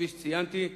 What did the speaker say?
כפי שציינתי,